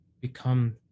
become